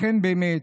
לכן, באמת,